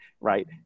right